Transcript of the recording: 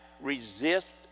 resist